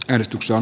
edistyksen